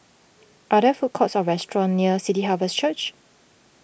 are there food courts or restaurants near City Harvest Church